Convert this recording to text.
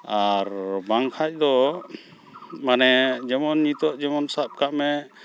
ᱟᱨ ᱵᱟᱝ ᱠᱷᱟᱱᱫᱚ ᱢᱟᱱᱮ ᱡᱮᱢᱚᱱ ᱱᱤᱛᱤᱚᱜ ᱡᱮᱢᱚᱱ ᱥᱟᱵᱠᱟᱜ ᱢᱮ